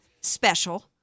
special